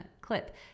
clip